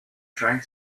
trying